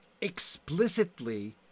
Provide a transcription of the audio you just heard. explicitly